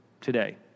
today